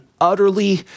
utterly